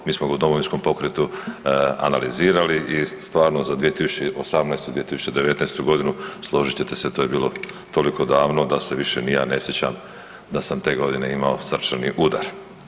Mi smo ga u Domovinskom pokretu analizirali i stvarno za 2018. i 2019.g., složit ćete se, to je bilo toliko davno da se više ni ja ne sjećam da sam te godine imao srčani udar.